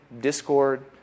discord